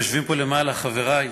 ויושבים פה למעלה חברי מהוועד,